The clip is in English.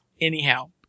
anyhow